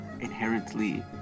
inherently